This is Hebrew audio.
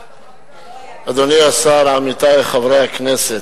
אדוני השר, עמיתי חברי הכנסת,